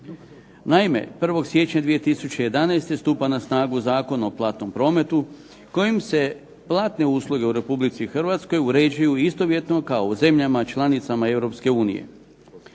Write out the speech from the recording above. Naime, 1. siječnja 2011. stupa na snagu zakon o platnom prometu kojim se platne usluge u Republici Hrvatskoj uređuju istovjetno kao u zemljama članicama